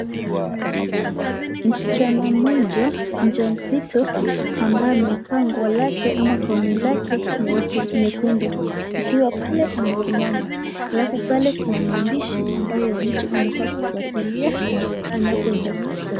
Msichana moja mjamzito ambaye amevaa nguo au kofia nyekundu akiwa pale amesimama , alafu pale kuna maandishi ambaye mtu ufautilia anapoenda hospitali